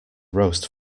roast